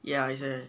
yeah it's a